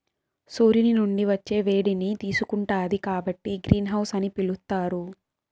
సూర్యుని నుండి వచ్చే వేడిని తీసుకుంటాది కాబట్టి గ్రీన్ హౌస్ అని పిలుత్తారు